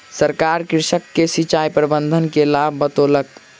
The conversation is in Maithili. सरकार कृषक के सिचाई प्रबंधन के लाभ बतौलक